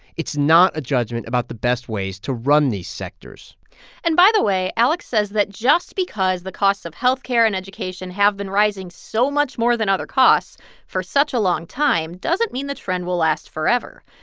it's not a judgment about the best ways to run these sectors and by the way, alex says that just because the costs of health care and education have been rising so much more than other costs for such a long time doesn't mean the trend will last forever.